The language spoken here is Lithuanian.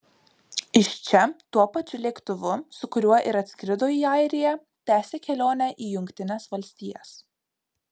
iš čia tuo pačiu lėktuvu su kuriuo ir atskrido į airiją tęsia kelionę į jungtines valstijas